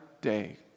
day